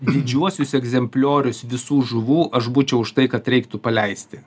didžiuosius egzempliorius visų žuvų aš būčiau už tai kad reiktų paleisti